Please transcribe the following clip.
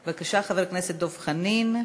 בבקשה, חבר הכנסת דב חנין,